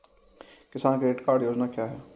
किसान credit card योजना क्या है?